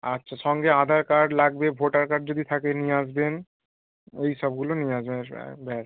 আচ্ছা সঙ্গে আধার কার্ড লাগবে ভোটার কার্ড যদি থাকে নিয়ে আসবেন এই সবগুলো নিয়ে আসবেন ব্যাস